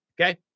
Okay